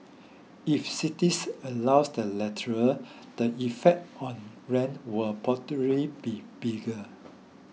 if cities allow the latter the effect on rents will probably be bigger